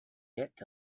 yet